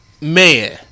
man